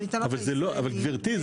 אבל גברתי,